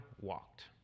walked